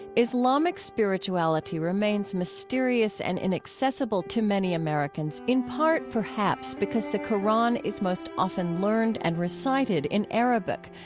islamic spirituality remains mysterious and inaccessible to many americans, in part perhaps because the qur'an is most often learned and recited in arabic,